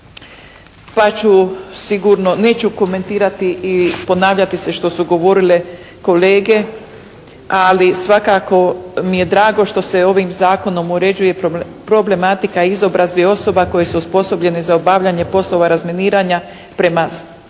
pa ću sigurno, neću komentirati i ponavljati se što su govorile kolege, ali svakako mi je drago što se ovim zakonom uređuje problematika izobrazbe osoba koje su osposobljene za obavljanje poslova razminiranja prema